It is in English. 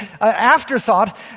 afterthought